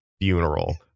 funeral